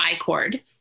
ICORD